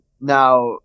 Now